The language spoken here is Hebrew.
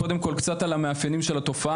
קודם כול, קצת על המאפיינים של התופעה.